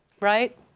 right